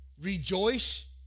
rejoice